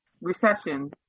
recession